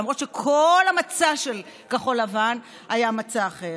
למרות שכל המצע של כחול לבן היה מצע אחר.